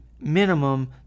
minimum